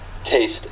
taste